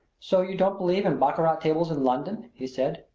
so you don't believe in baccarat tables in london! he said.